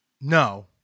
No